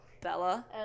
Bella